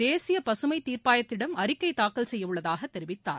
தேசிய பசுமை தீர்ப்பாயத்திடம் அறிக்கை தாக்கல் செய்யவுள்ளதாக தெரிவித்தார்